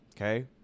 Okay